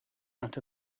out